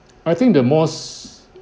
I think the most